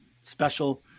special